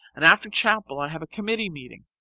and after chapel i have a committee meeting.